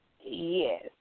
yes